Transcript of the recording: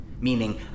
Meaning